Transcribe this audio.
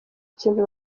ikintu